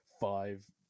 five